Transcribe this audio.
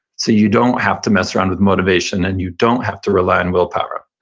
so you don't have to mess around with motivation and you don't have to rely on willpower.